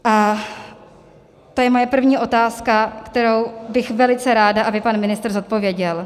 A to je moje první otázka, kterou bych velice ráda, aby pan ministr zodpověděl.